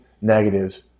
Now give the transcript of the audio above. negatives